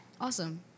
Awesome